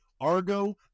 argo